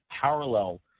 parallel